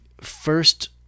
first